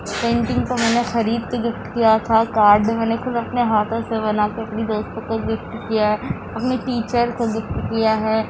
painting تو میں نے خرید کے گفٹ کیا تھا کارڈ میں نے خود اپنے ہاتھوں سے بنا کے اپنی دوستوں کو گفٹ کیا اپنی ٹیچر کو گفٹ کیا ہے